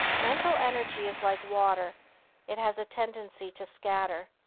mental energy is like water it has a tendency to scatter.